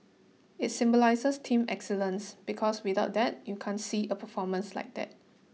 it symbolises team excellence because without that you can't see a performance like that